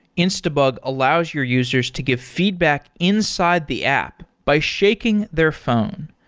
instabug allows your users to give feedback inside the app by shaking their phone.